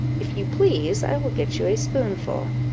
if you please, i will get you a spoonful.